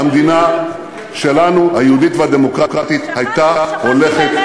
המדינה שלנו, היהודית והדמוקרטית, הייתה הולכת